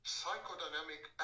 psychodynamic